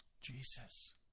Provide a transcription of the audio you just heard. Jesus